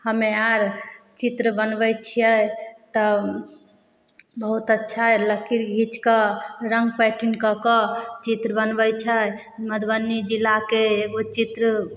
हमे आर चित्र बनबै छियै तऽ बहुत अच्छा लकीर घीचकऽ रङ्ग पैटर्न कऽके चित्र बनबै छै मधुबनी जिलाके एगो चित्र